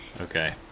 Okay